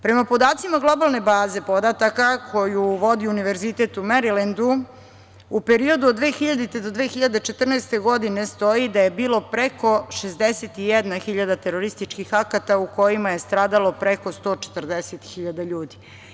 Prema podacima globalne baze podatka koju vodi Univerzitet u Merilendu u periodu od 2000. godine do 2014. godine stoji da je bilo preko 61.000 terorističkih akata u kojima je stradalo preko 140.000 ljudi.